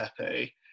Pepe